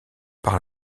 par